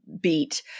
beat